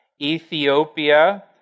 Ethiopia